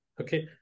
Okay